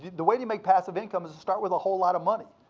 the way you make passive income is to start with a whole lotta money.